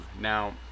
Now